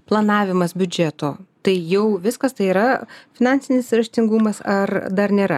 planavimas biudžeto tai jau viskas tai yra finansinis raštingumas ar dar nėra